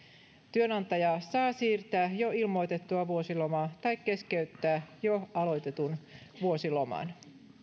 työnantaja saa siirtää jo ilmoitettua vuosilomaa tai keskeyttää jo aloitetun vuosiloman